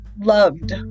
loved